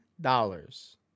dollars